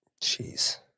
jeez